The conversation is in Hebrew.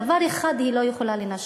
מדבר אחד היא לא יכולה לנשל,